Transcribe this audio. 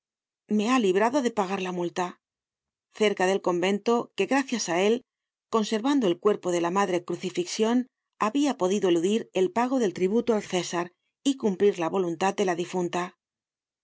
me ha librado de pagar la multa cerca del convento que gracias á él conservando el cuerpo de la madre crucifixion habia podido eludir el pago del tributo al césar y cumplir la voluntad de la difunta hubo